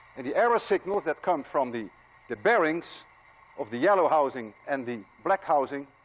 and the arrow signals that come from the the bearings of the yellow housing and the black housing,